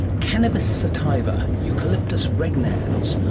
cannabis sativa, eucalyptus regnans,